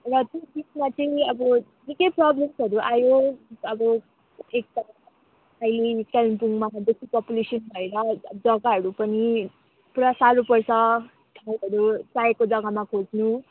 र त्यो बिचमा चाहिँ अब निकै प्रोब्लम्सहरू आयो अब एक त अहिले कालिम्पोङमा बेसी पपुलेसन भएर जग्गाहरू पनि पुरा साह्रो पर्छ चाहिएको जग्गामा खोज्नु